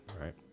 right